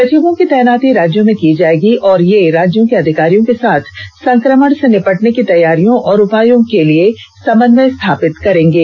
सचिवों की तैनाती राज्यों में की जाएगी और ये राज्यों के अधिकारियो के साथ संक्रमण से निपटने की तैयारियों और उपायों के लिए समन्वय स्थापित करेंगे